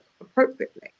appropriately